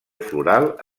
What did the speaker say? floral